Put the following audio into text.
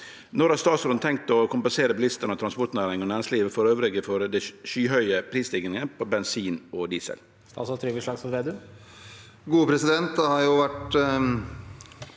Når har statsråden tenkt å kompensere bilistene og transportnæringen og næringslivet for øvrig for de skyhøye prisstigningene på bensin og diesel?» Statsråd Trygve Slagsvold Vedum Det har vært